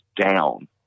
down